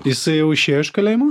jisai jau išėjo iš kalėjimo